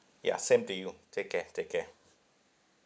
yeah same to you take care take care